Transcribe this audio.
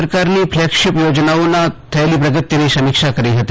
સરકારની ફલેગશીપ યોજનાઓમાં થયેલી પ્રગતિની સમીક્ષા કરી છે